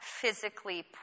physically